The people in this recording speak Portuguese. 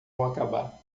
acabar